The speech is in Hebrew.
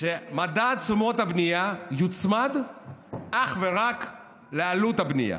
שמדד תשומות הבנייה יוצמד אך ורק לעלות הבנייה.